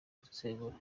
gusesengura